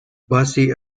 basie